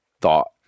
thought